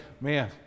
Man